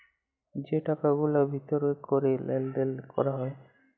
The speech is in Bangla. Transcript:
যে টাকা গুলার ভিতর ক্যরে লেলদেল ক্যরা হ্যয়